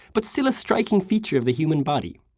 but still a striking feature of the human body.